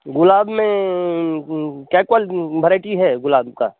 गुलाब में क्या वराइटी है गुलाब का